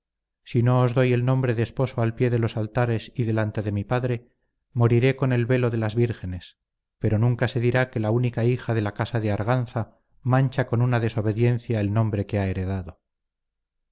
si no os doy el nombre de esposo al pie de los altares y delante de mi padre moriré con el velo de las vírgenes pero nunca se dirá que la única hija de la casa de arganza mancha con una desobediencia el nombre que ha heredado